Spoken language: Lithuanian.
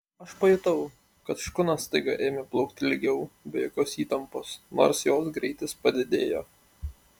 aš pajutau kad škuna staiga ėmė plaukti lygiau be jokios įtampos nors jos greitis padidėjo